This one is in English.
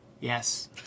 Yes